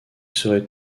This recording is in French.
serait